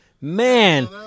Man